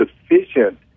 sufficient